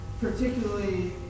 particularly